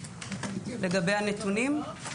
לגבי הנתונים.